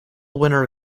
winner